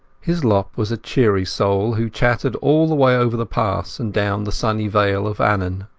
hislop was a cheery soul, who chattered all the way over the pass and down the sunny vale of annan.